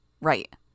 Right